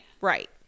Right